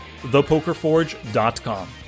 thepokerforge.com